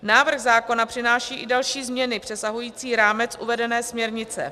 Návrh zákona přináší i další změny přesahující rámec uvedené směrnice.